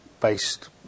based